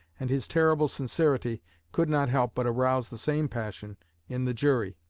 and his terrible sincerity could not help but arouse the same passion in the jury.